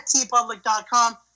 tpublic.com